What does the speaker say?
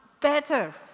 better